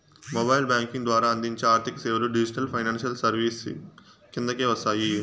mobile banking ద్వారా అందించే ఆర్థిక సేవలు డిజిటల్ ఫైనాన్షియల్ సర్వీసెస్ కిందకే వస్తాయి